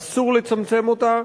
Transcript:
ואסור לצמצם אותה.